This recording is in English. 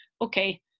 okay